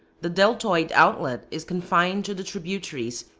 the deltoid outlet is confined to the tributaries,